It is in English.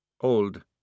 old